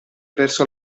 verso